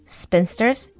spinsters